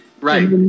Right